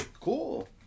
Cool